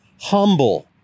humble